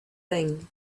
thing